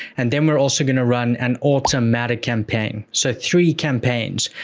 and then we're also going to run an automatic campaign. so, three campaigns.